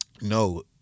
No